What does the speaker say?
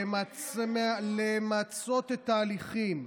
למצות את ההליכים.